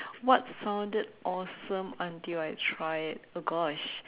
what sounded awesome until I try it oh gosh